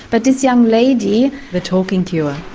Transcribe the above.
but this young lady. the talking cure.